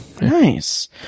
Nice